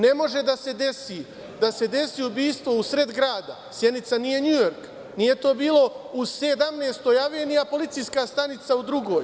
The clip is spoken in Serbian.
Ne može da se desi ubistvo usred grada, Sjenica nije Njujork, nije to bilo u 17. aveniji a policijska stanica u drugoj.